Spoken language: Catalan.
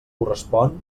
correspon